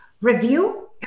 review